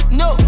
no